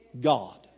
God